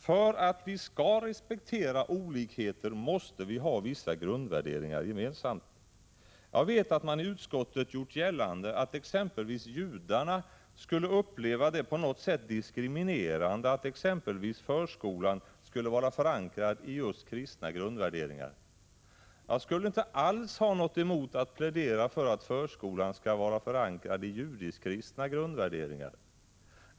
För att vi skall respektera olikheter måste vi ha vissa grundvärderingar gemensamma. Jag vet att man i utskottet gjort gällande att exempelvis judarna skulle uppleva det på något sätt diskriminerande om t.ex. förskolan skulle vara förankrad i kristna grundvärderingar. Jag skulle inte alls ha något emot att plädera för att förskolan skall vara förankrad i judisk-kristna grundvärderingar.